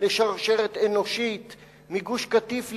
לשרשרת אנושית מגוש-קטיף לירושלים,